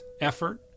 effort